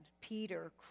Peter